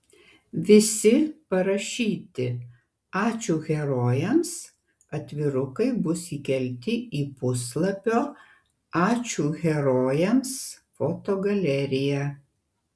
visi parašyti ačiū herojams atvirukai bus įkelti į puslapio ačiū herojams fotogaleriją